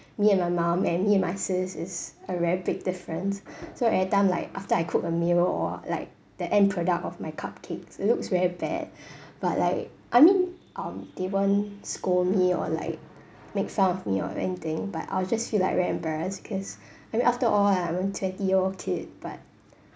me and my mum and me and my sis is a very big difference so every time like after I cook a meal or like the end product of my cupcakes looks very bad but like I mean um they won't scold me or like make fun of me or anything but I'll just feel like very embarrassed because I mean after all I am a twenty year old kid but